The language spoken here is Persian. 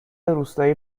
روستایی